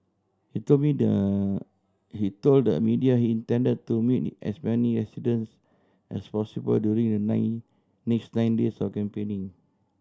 he told media he told the media he intend to meet as many residents as possible during the nine next nine days of campaigning